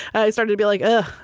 i started to be like, ah